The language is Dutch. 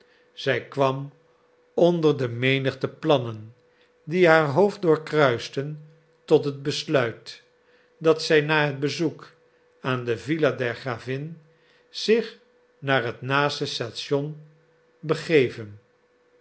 zij kwam onder de menigte plannen die haar hoofd doorkruisten tot het besluit dat zij na het bezoek aan de villa der gravin zich naar het naaste station begeven